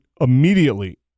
immediately